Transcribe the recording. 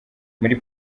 muri